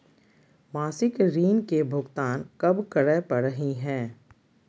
मासिक ऋण के भुगतान कब करै परही हे?